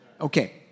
Okay